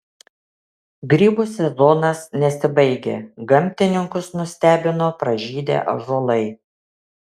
grybų sezonas nesibaigia gamtininkus nustebino pražydę ąžuolai